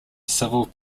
civil